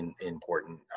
important